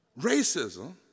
Racism